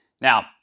Now